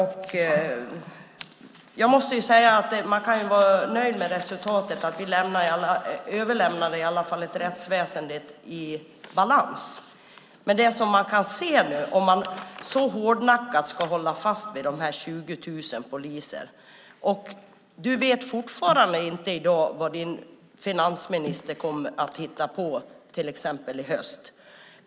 Jag måste säga att man kan vara nöjd med resultatet. Vi överlämnade i alla fall ett rättsväsen i balans. Ni håller hårdnackat fast vid siffran 20 000 poliser, men du vet fortfarande inte vad din finansminister kommer att hitta på till exempel i höst.